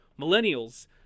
millennials